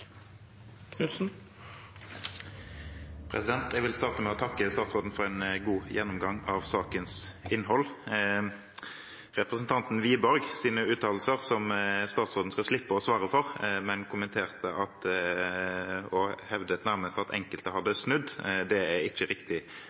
en god gjennomgang av sakens innhold. I representanten Wiborgs uttalelser, som statsråden skal slippe å svare for, kommenterte han og hevdet nærmest at enkelte har snudd. Det er ikke riktig